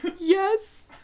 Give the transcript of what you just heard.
Yes